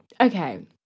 Okay